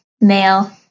male